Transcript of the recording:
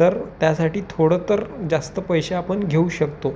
तर त्यासाठी थोडं तर जास्त पैसे आपण घेऊ शकतो